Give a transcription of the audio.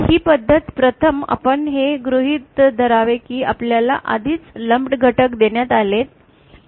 ही पद्धत प्रथम आपण हे गृहीत धरावे की आपल्याला आधीच लम्प घटक देण्यात आले आहेत